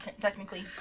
technically